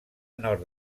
nord